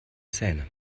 zähne